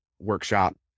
workshop